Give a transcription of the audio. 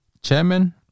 chairman